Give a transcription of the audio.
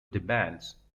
demands